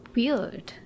Weird